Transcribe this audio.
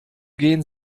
gehen